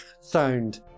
sound